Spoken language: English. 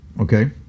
okay